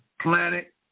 planet